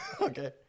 Okay